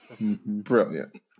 Brilliant